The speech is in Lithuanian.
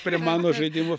prie mano žaidimo